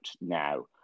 now